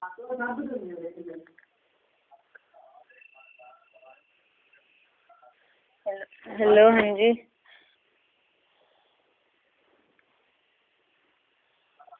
hello हां जी